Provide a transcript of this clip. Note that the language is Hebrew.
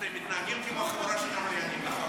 אתם מתנהגים כמו חבורה של עבריינים, נכון.